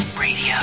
Radio